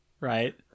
right